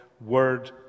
Word